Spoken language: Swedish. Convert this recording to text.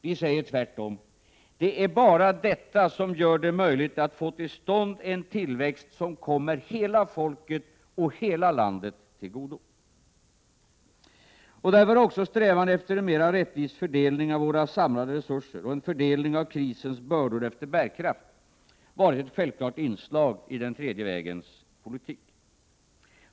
Vi säger tvärtom: Det är bara detta som gör det möjligt att få till stånd en tillväxt som kommer hela folket och hela landet till godo. Därför har också strävan efter en mer rättvis fördelning av våra samlade resurser och en fördelning av krisens bördor efter bärkraft varit ett självklart inslag i den tredje vägens politik.